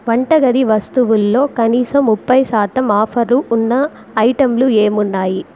వంటగది వస్తువుల్లో కనీసం ముప్పై శాతం ఆఫరు ఉన్న ఐటెంలు ఏమున్నాయి